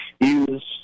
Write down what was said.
use